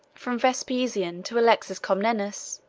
from vespasian to alexius comnenus,